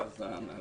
חזן: